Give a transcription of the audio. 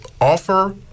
offer